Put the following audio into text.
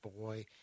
boy